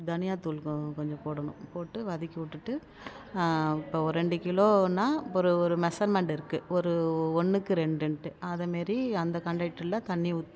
தனியாத்தூள் கொஞ்சம் போடணும் போட்டு வதக்கி விட்டுட்டு இப்போ ஒரு ரெண்டு கிலோன்னா இப்போ ஒரு ஒரு மெஷர்மெண்ட்டு இருக்குது ஒரு ஒன்றுக்கு ரெண்டுன்ட்டு அதே மாதிரி அந்த கன்டென்ட்டுல தண்ணி ஊற்றி